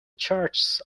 churches